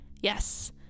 yes